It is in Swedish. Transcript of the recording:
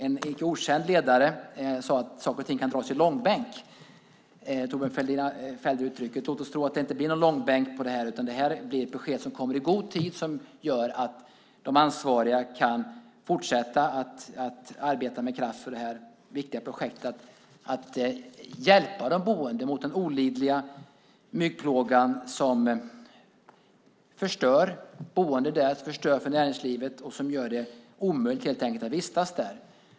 En icke okänd ledare sade att saker kan dras i långbänk. Thorbjörn Fälldin fällde uttrycket. Låt oss tro att det inte blir någon långbänk av detta utan att det blir ett besked som kommer i god tid och som gör att de ansvariga kan fortsätta att arbeta med kraft för det här viktiga projektet och hjälpa de boende mot den olidliga myggplågan som förstör för de boende och för näringslivet och som helt enkelt gör det omöjligt att vistas där.